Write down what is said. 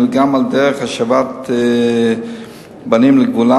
אלא גם בדרך השבת בנים לגבולם,